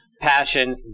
passion